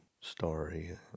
story